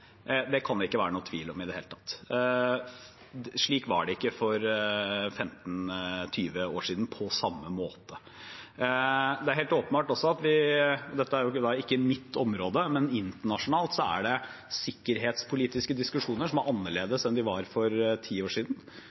Det kan det ikke være noen tvil om i det hele tatt. Slik var det ikke for 15–20 år siden. Det er også helt åpenbart – og dette er ikke mitt område – at internasjonalt er det sikkerhetspolitiske diskusjoner som er annerledes enn de var for ti år siden.